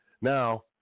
Now